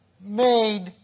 made